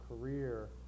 career